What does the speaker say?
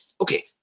Okay